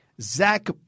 Zach